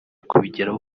kubigeraho